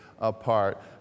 Apart